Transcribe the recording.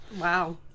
wow